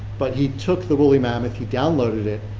but he took the wooly mammoth. he downloaded it.